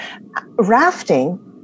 rafting